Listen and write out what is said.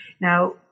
Now